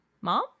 mom